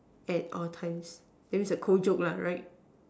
at all times that means a cold joke lah right